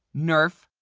nerf.